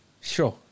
Sure